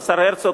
השר הרצוג,